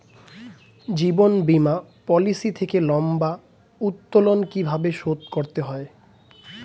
জীবন বীমা পলিসি থেকে লম্বা উত্তোলন কিভাবে শোধ করতে হয়?